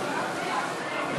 של